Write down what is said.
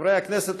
חברי הכנסת,